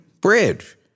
bridge